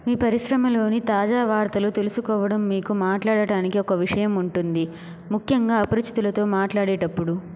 మీ పరిశ్రమలోని తాజా వార్తలు తెలుసుకోవడం మీకు మాట్లాడటానికి ఒక విషయం ఉంటుంది ముఖ్యంగా అపరిచితులతో మాట్లాడేటప్పుడు